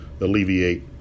alleviate